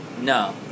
No